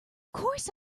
course